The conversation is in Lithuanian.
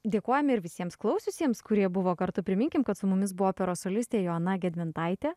dėkojame ir visiems klausiusiems kurie buvo kartu priminkime kad su mumis buvo operos solistė joana gedmintaitė